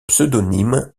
pseudonyme